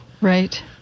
Right